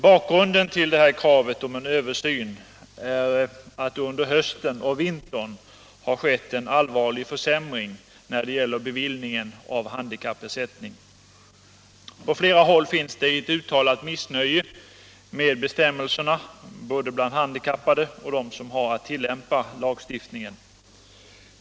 Bakgrunden till kravet på en översyn är att det under hösten och vintern har skett en allvarlig försämring i fråga om beviljandet av handikappersättning. På flera håll finns det ett uttalat missnöje med bestämmelserna både bland de handikappade och bland dem som har att tillämpa lagstiftningen.